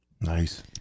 Nice